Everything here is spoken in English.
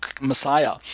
Messiah